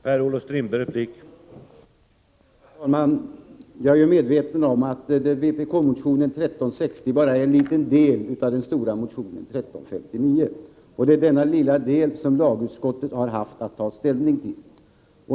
Herr talman! Jag är medveten om att vpk-motionen 1360 bara är en liten del av den stora motionen 1359. Men det är denna lilla del som lagutskottet har haft att ta ställning till.